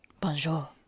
bonjour